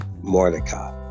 Mordecai